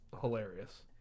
hilarious